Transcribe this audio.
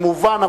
זה מובן,